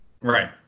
Right